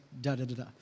da-da-da-da